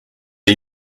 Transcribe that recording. are